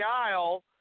aisle